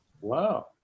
Wow